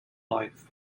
life